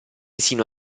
sino